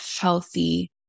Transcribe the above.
healthy